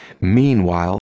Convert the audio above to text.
Meanwhile